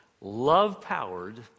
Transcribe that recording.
love-powered